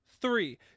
Three